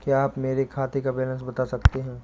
क्या आप मेरे खाते का बैलेंस बता सकते हैं?